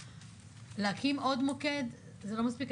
להקים עוד מוקד זה לא מספיק.